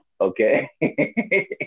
Okay